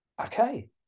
okay